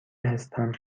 هستم